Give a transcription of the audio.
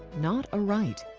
not a right.